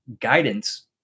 guidance